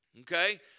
Okay